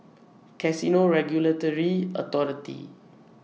Casino Regulatory Authority